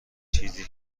چیزی